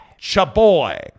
Chaboy